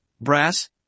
brass